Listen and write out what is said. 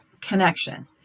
connection